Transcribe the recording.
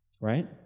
Right